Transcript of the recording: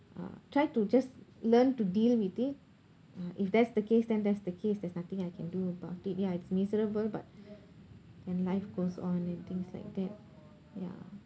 uh try to just learn to deal with it uh if that's the case then that's the case there's nothing I can do about it ya it's miserable but and life goes on and things like that ya